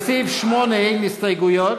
לסעיף 8 אין הסתייגויות.